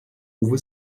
uwe